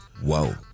Whoa